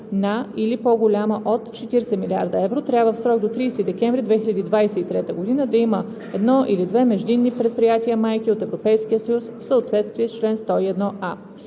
на или по-голяма от 40 милиарда евро, трябва в срок до 30 декември 2023 г. да има едно или две междинни предприятия майки от Европейския съюз, в съответствие с чл. 101а.“